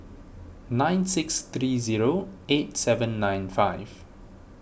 nine six three zero eight seven nine five